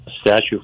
statue